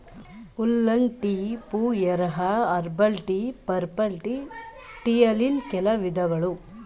oolong tea, pu erh, herbal tea, purple tea ಟೀಯಲ್ಲಿನ್ ಕೆಲ ವಿಧಗಳು